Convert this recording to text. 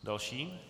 Další.